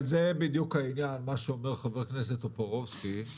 אבל זה בדיוק העניין, מה שאומר חה"כ טופורובסקי.